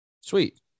Sweet